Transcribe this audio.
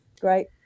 Great